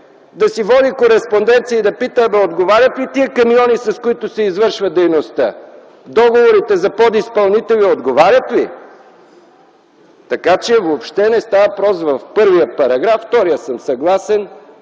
да си води кореспонденция и да пита: „Отговарят ли тези камиони, с които се извършва дейността? Договорите за подизпълнители отговарят ли?”. Така че въобще не става въпрос в първия параграф – във вторият съм съгласен